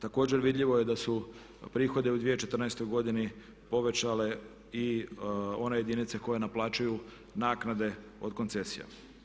Također vidljivo je da su prihode u 2014.godini povećale i one jedinice koje naplaćuju naknade od koncesija.